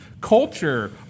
culture